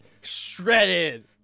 shredded